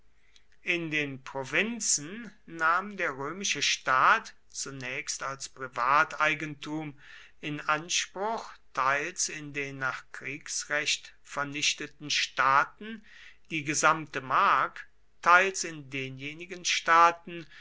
in den provinzen nahm der römische staat zunächst als privateigentum in anspruch teils in den nach kriegsrecht vernichteten staaten die gesamte mark teils in denjenigen staaten